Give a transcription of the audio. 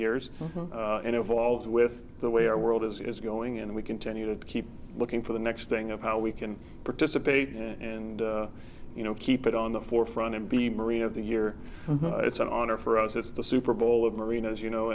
evolves with the way our world is going and we continue to keep looking for the next thing of how we can participate and you know keep it on the forefront and be marie of the year it's an honor for us it's the super bowl of marina's you know